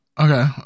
Okay